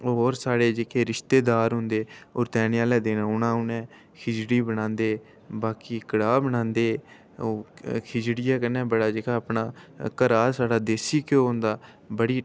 होर साढ़े जेह्के रिश्तेदार होंदे ओह् रतैने आह्ले दिन औना उ'नें खिचड़ी बनांदे बाकी कड़ाह् बनांदे ओह् खिचड़ियै कन्नै बड़ा जेह्का अपना घरा साढ़ा देसी ध्योऽ होंदा बड़ी